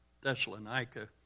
Thessalonica